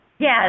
Yes